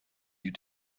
you